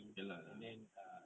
ya lah ya lah